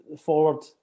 forward